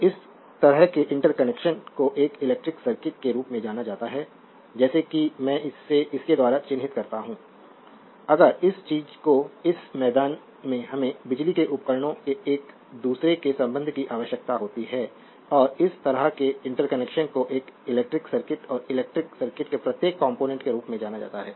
तो और इस तरह के इंटरकनेक्शन को एक इलेक्ट्रिक सर्किट के रूप में जाना जाता है जैसे कि मैं इसे इसके द्वारा चिह्नित करता हूं अगर इस चीज को इस मैदान में हमें बिजली के उपकरणों के एक दूसरे के संबंध की आवश्यकता होती है और इस तरह के इंटरकनेक्शन को एक इलेक्ट्रिक सर्किट और इलेक्ट्रिक सर्किट के प्रत्येक कॉम्पोनेन्ट के रूप में जाना जाता है